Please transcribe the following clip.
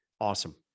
Awesome